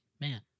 man